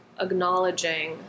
acknowledging